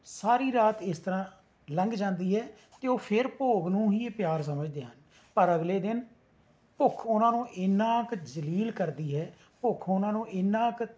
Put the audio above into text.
ਸਾਰੀ ਰਾਤ ਇਸ ਤਰ੍ਹਾਂ ਲੰਘ ਜਾਂਦੀ ਹੈ ਅਤੇ ਉਹ ਫਿਰ ਭੋਗ ਨੂੰ ਹੀ ਪਿਆਰ ਸਮਝਦੇ ਹਨ ਪਰ ਅਗਲੇ ਦਿਨ ਭੁੱਖ ਉਨ੍ਹਾਂ ਨੂੰ ਇੰਨਾਂ ਕੁ ਜਲੀਲ ਕਰਦੀ ਹੈ ਭੁੱਖ ਉਨ੍ਹਾਂ ਨੂੰ ਇੰਨਾਂ ਕੁ